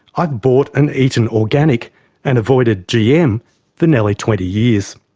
i've bought and eaten organic and avoided gm for nearly twenty years.